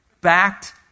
backed